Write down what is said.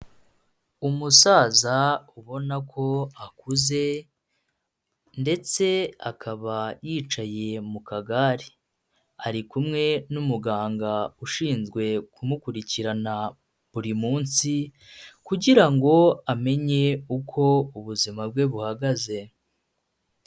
Umusaza ubona ko akuze ndetse akaba yicaye mu kagare, ari kumwe n'umuganga ushinzwe kumukurikirana buri munsi kugira ngo amenye uko ubuzima bwe buhagaze.